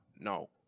No